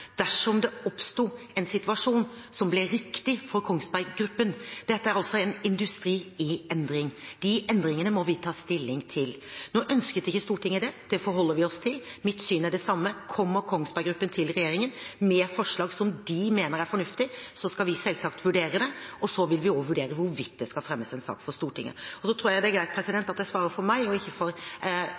dersom det oppsto en situasjon som ble riktig for Kongsberg Gruppen. Dette er altså en industri i endring. De endringene må vi ta stilling til. Nå ønsket ikke Stortinget det. Det forholder vi oss til. Mitt syn er det samme: Kommer Kongsberg Gruppen til regjeringen med forslag som de mener er fornuftige, skal vi selvsagt vurdere det, og så vil vi også vurdere hvorvidt det skal fremmes en sak for Stortinget. Og så tror jeg det er greit at jeg svarer for meg og ikke for